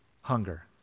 hunger